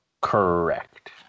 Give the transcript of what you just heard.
Correct